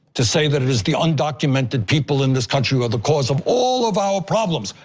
to say that it is the undocumented people in this country are the cause of all of our problems.